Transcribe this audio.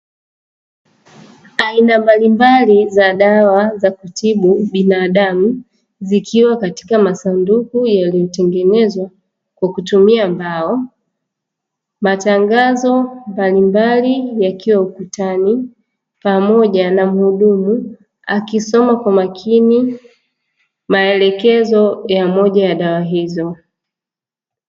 Aina mbalimbali za dawa za kutibu binadamu, zikiwa katika masanduku yaliyo tengenezwa kwa kutumia mbao, matangazo mbalimbali yakiwa ukutani, pamoja na mhudumu akisoma kwa makini maelekezo ya moja ya dawa hizo.